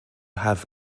have